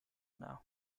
now